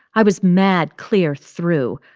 i was mad, clear through.